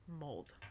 mold